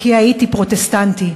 כי הייתי פרוטסטנטי,